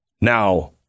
Now